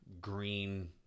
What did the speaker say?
green